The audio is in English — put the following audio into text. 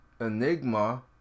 enigma